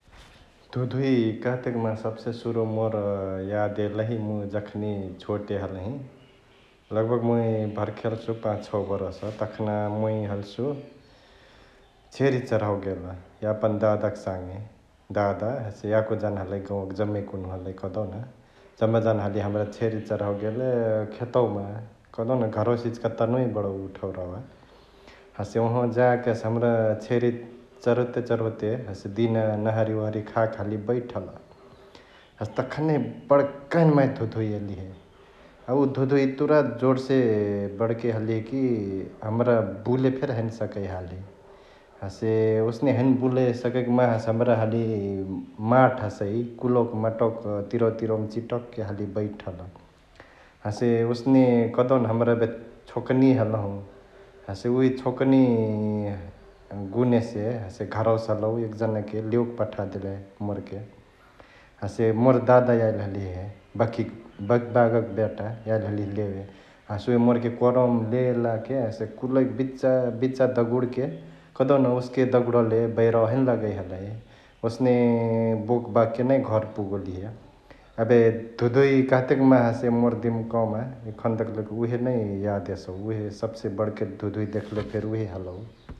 धुधुइ कह्तेक माहा सब्से सुरुमा मोर याड यैल्ही मुइ जखनी छोटे हलही लगभग मुइ भर्खे हल्सु पांच छौ बरस्, तखना मुइ हल्सु छेरी चरहावे गेल यापन दादाक साङे दादा हसे याको जना हलई गौंवाक जम्मै कुन्हु हलई कहदेउन जम्मा जाना हाली हमरा छेरी चरहावे गेल खेतवामा कहदेउन घरवा से इचिका तनाउ बडौ उ ठौरावा । हसे उहावा जाके हमरा छेरिके चह्रोते चह्रोते हसे दिना नहारी ओहारी खाके हाली बैठल । हसे तखनही बड्काहेन माहे धुधुइ एलिहे अ उ धुधुइया इतुरा जोड्से बड्के हलिहे कि हमरा बुले फेरी हैने सकै हाली हसे ओसने हैने बुले सकैक माहा हसे हमरा हाली माट हसई कुल्वाक मटवाक तिरवा तिरवामा चिटक के हाली बैठल । हसे ओसने कहदेउन हमरा एबे छोकनी हलहु हसे उहे छोकनी गुनेसे हसे घरवसे हलौ एकजनाके लेओके पठादेले मोरके । हसे मोर दादा याइली हलिहे बैकियाक बकिबाबाक बेटा याइली हलिहे लेवे, हसे उहे मोरके कोरवमा लेलाके हसे कुलईक बिचा बिचा दगुणके कहदेउन ओस्के दगुड्ले जौं बैरावा हैने लगई हलई, ओसने बोकबाक नै घर पुगोलिय । एबे धुधुइ कहतेक माहा हसे मोर दिम्कावामा एखन तकलेक उहे नै याद एसौ, उहे सब्से बड्के धुधुई देख्ले फेरी उहे हलौ ।